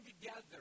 together